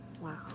Wow